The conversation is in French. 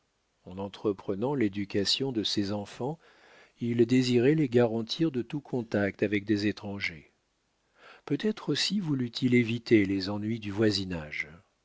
entreprenant l'éducation de ses enfants il désirait les garantir de tout contact avec des étrangers peut-être aussi voulut-il éviter les ennuis du voisinage